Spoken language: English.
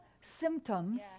symptoms